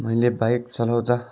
मैले बाइक चलाउँदा